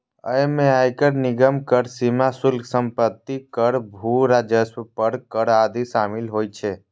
अय मे आयकर, निगम कर, सीमा शुल्क, संपत्ति कर, भू राजस्व पर कर आदि शामिल होइ छै